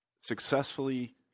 successfully